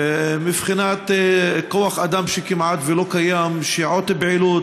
מבחינת כוח אדם שכמעט לא קיים, ושעות פעילות.